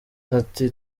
ati